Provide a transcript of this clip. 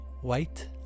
white